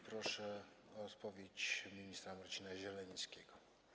Proszę o odpowiedź ministra Marcina Zielenieckiego.